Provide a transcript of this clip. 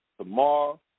tomorrow